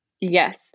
Yes